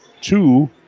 two